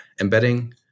embedding